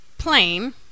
plane